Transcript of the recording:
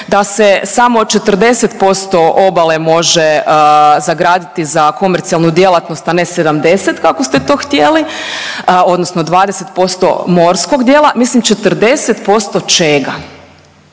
da se samo 40% obale može zagraditi za komercijalnu djelatnost, a ne 70 kako ste to htjeli, odnosno 20% morskog dijela. Mislim 40% čega?